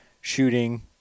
shooting